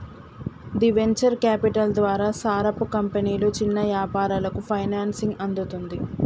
గీ venture capital ద్వారా సారపు కంపెనీలు చిన్న యాపారాలకు ఫైనాన్సింగ్ అందుతుంది